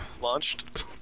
launched